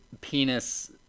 penis